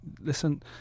listen